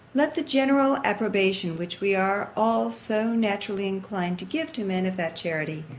let the general approbation, which we are all so naturally inclined to give to men of that character,